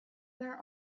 were